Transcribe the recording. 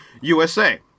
USA